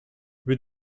with